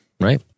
right